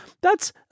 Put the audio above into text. that's-